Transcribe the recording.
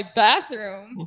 bathroom